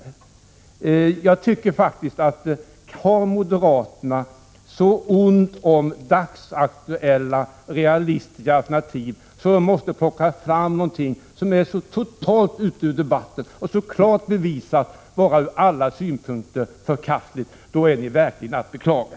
Jag tycker faktiskt att om moderaterna har så ont om dagsaktuella realistiska alternativ att de måste plocka fram något som är så totalt ute ur debatten och som så klart bevisats vara ur alla synpunkter förkastligt, är de verkligen att beklaga.